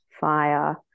fire